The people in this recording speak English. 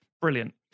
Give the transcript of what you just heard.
Brilliant